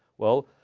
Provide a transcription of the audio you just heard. well,